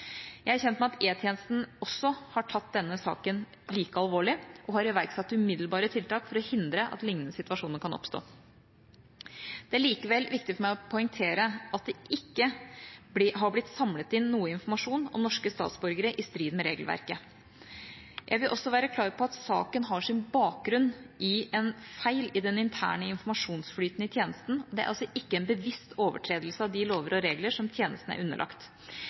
Jeg er kjent med at E-tjenesten også har tatt denne saken like alvorlig og har iverksatt umiddelbare tiltak for å hindre at lignende situasjoner kan oppstå. Det er likevel viktig for meg å poengtere at det ikke har blitt samlet inn noe informasjon om norske statsborgere i strid med regelverket. Jeg vil også være klar på at saken har sin bakgrunn i en feil i den interne informasjonsflyten i tjenesten, det er altså ikke en bevisst overtredelse av de lover og regler som tjenesten er underlagt.